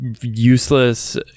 useless